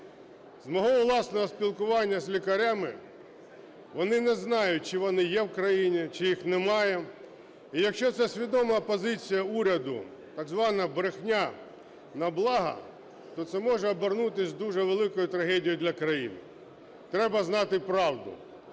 З мого власного спілкування з лікарями вони не знають, чи вони є в країні, чи їх немає. І якщо це свідома позиція уряду, так звана брехня на благо, то це може обернутись дуже великою трагедією для країни. Треба знати правду.